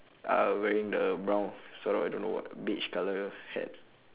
uh wearing the brown sort of I don't know what beige colour hat